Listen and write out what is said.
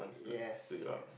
yes yes